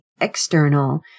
external